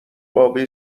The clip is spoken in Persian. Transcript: باقی